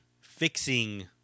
fixing